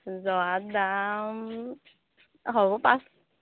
জহাৰ দাম হ'ব পা